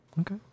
Okay